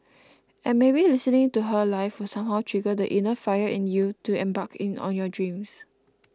and maybe listening to her live will somehow trigger the inner fire in you to embark on your dreams